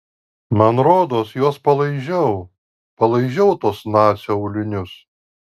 man rodos juos palaižiau palaižiau tuos nacio aulinius